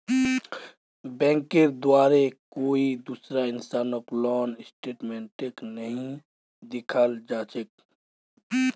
बैंकेर द्वारे कोई दूसरा इंसानक लोन स्टेटमेन्टक नइ दिखाल जा छेक